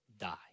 die